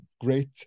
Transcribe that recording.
great